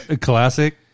Classic